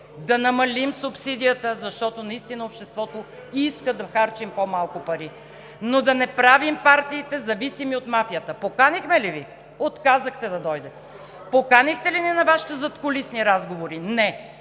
да намалим субсидията, защото наистина обществото иска да харчим по-малко пари, но да не правим партиите зависими от мафията? Поканихме ли ви?! Отказахте да дойдете. Поканихте ли ни на Вашите задкулисни разговори? –